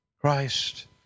Christ